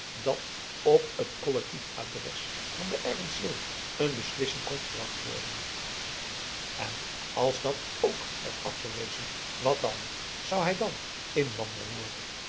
dat op het collectief adres van de erven silver een beslissing kon verwacht worden als dàt k werd afgewezen wat dan zou hij dan inlander worden